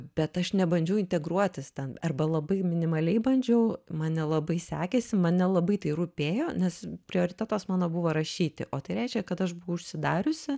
bet aš nebandžiau integruotis ten arba labai minimaliai bandžiau man nelabai sekėsi man nelabai tai rūpėjo nes prioritetas mano buvo rašyti o tai reiškė kad aš buvau užsidariusi